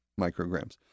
micrograms